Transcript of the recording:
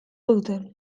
duten